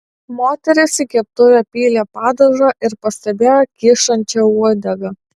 moteris į keptuvę pylė padažą ir pastebėjo kyšančią uodegą